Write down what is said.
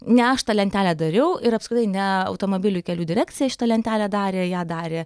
ne aš tą lentelę dariau ir apskritai ne automobilių kelių direkcija šitą lentelę darė ją darė